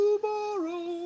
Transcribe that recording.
tomorrow